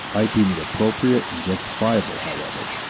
i deem it appropriate and justifiable, however,